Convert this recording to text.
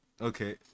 Okay